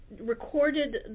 recorded